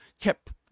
kept